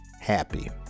happy